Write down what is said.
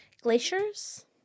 glaciers